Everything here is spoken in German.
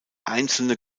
einzelne